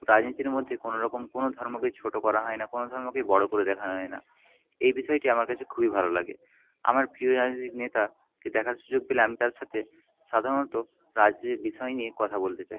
রাজনীতির মধ্যে কোনওরকম কোনও ধর্মকেই ছোটো করা হয় না কোনও ধর্মকেই বড়ো করে দেখা হয়না এই বিষয়টি আমার কাছে খুবই ভালো লাগে আমার প্রিয় রাজনীতিক নেতাকে দেখার সুযোগ পেলে আমি তার সাথে সাধারণত রাজনীতির বিষয় নিয়ে কথা বলতে চাই